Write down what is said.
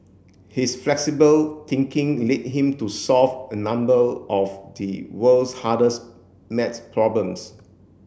his flexible thinking led him to solve a number of the world's hardest maths problems